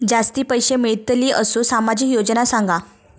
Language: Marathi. जास्ती पैशे मिळतील असो सामाजिक योजना सांगा?